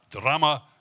Drama